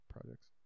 projects